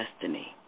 Destiny